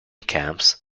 camps